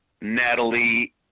Natalie